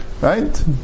right